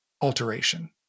alteration